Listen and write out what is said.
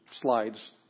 slides